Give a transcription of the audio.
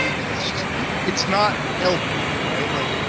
because it's just it's not helping, right? like,